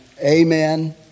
Amen